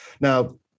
Now